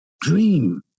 dream